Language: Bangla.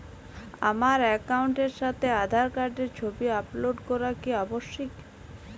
আমার অ্যাকাউন্টের সাথে আধার কার্ডের ছবি আপলোড করা কি আবশ্যিক?